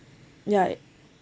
ya